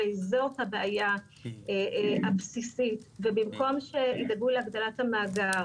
הרי זאת הבעיה הבסיסית ובמקום ידאגו להגדלת המאגר